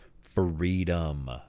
Freedom